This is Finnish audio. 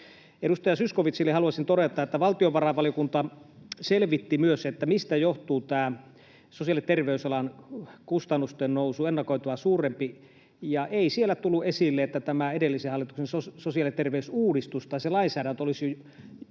Edustaja Zyskowiczille haluaisin todeta, että valtiovarainvaliokunta selvitti myös, mistä johtuu tämä ennakoitua suurempi sosiaali- ja terveysalan kustannusten nousu, ja ei siellä tullut esille, että tämä edellisen hallituksen sosiaali- ja terveysuudistus tai se lainsäädäntö olisi ollut